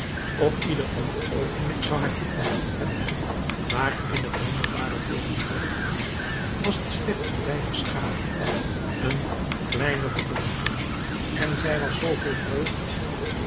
op ieder ander oogenblik zou haar dit gegriefd hebben maar in het wonderbare tegenwoordige uur was het slechts een weinig schaduw een kleine verdonkering en zij was zoo vol vreugd